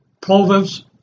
Proverbs